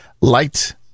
Light